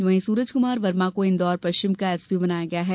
वहीं सूरज कुमार वर्मा को इन्दौर पश्चिम का एसपी बनाया गया है